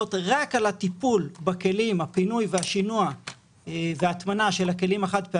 הפלסטיק והאריזות בהתאחדות